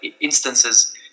instances